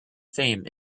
fame